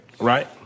Right